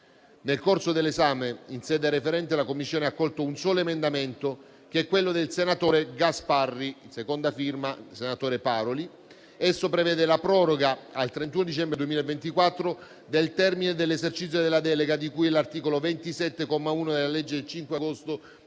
Nel corso dell'esame in sede referente, la Commissione ha accolto un solo emendamento, a prima firma del senatore Gasparri (seconda firma del senatore Paroli). Esso prevede la proroga al 31 dicembre 2024 del termine per l'esercizio della delega, di cui all'articolo 27, comma 1, della legge 5 agosto